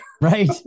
Right